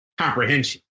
comprehension